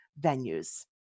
venues